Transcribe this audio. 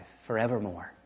forevermore